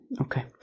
okay